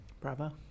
Bravo